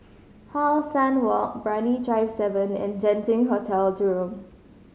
How Sun Walk Brani Drive Seven and Genting Hotel Jurong